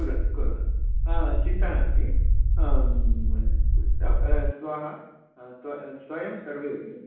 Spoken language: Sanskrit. कु कुर्वन्तु चिन्ता नास्ति श्वः स्वयं सर्वे अपि